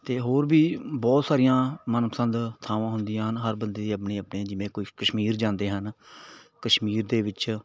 ਅਤੇ ਹੋਰ ਵੀ ਬਹੁਤ ਸਾਰੀਆਂ ਮਨਪਸੰਦ ਥਾਵਾਂ ਹੁੰਦੀਆਂ ਹਨ ਹਰ ਬੰਦੇ ਦੀ ਆਪਣੀ ਆਪਣੀ ਜਿਵੇਂ ਕੁਛ ਕਸ਼ਮੀਰ ਜਾਂਦੇ ਹਨ ਕਸ਼ਮੀਰ ਦੇ ਵਿੱਚ